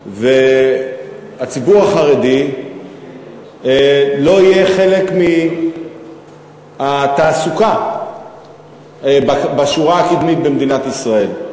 והציבור החרדי לא יהיה חלק מהתעסוקה בשורה הקדמית במדינת ישראל.